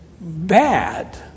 bad